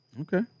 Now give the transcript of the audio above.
Okay